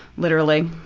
literally.